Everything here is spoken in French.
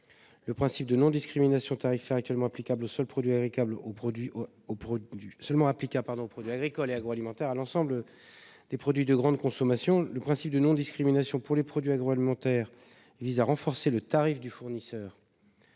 le principe de non-discrimination tarifaire, actuellement applicable aux seuls produits agricoles et agroalimentaires, à l'ensemble des produits de grande consommation. L'objet du principe de non-discrimination pour les produits agroalimentaires est de renforcer le tarif du fournisseur